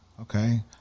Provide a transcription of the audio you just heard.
Okay